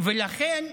הוא נדחה,